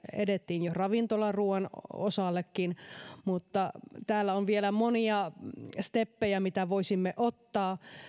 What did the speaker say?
edettiin jo ravintolaruuan osaltakin täällä on vielä monia steppejä mitä voisimme ottaa